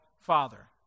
Father